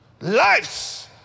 Lives